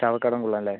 ചാവക്കാടൻ കുള്ളൻ അല്ലേ